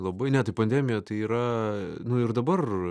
labai ne tai pandemija tai yra nu ir dabar